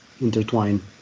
intertwine